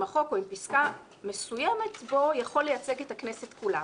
החוק או עם פסקה מסוימת בו יכול לייצג את הכנסת כולה",